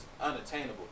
unattainable